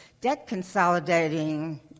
debt-consolidating